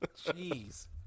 Jeez